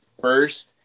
first